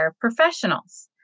professionals